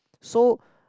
so